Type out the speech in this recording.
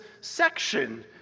section